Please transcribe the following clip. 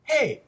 Hey